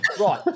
Right